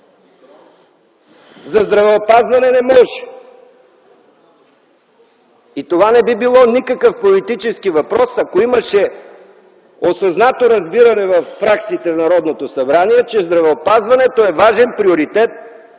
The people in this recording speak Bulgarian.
за здравеопазване не може! Това не би било никакъв политически въпрос, ако имаше осъзнато разбиране във фракциите на Народното събрание, че здравеопазването е важен приоритет